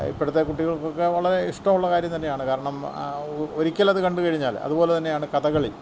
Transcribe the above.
ഇപ്പോഴത്തെ കുട്ടികൾക്കൊക്കെ വളരെ ഇഷ്ടമുള്ള കാര്യം തന്നെയാണ് കാരണം ഒരിക്കലതു കണ്ടു കഴിഞ്ഞാൽ അതുപോലെ തന്നെയാണ് കഥകളി